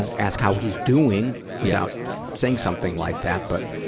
and ask how he's doing without saying something like that. but,